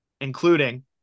including